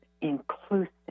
inclusive